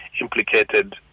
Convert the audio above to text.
implicated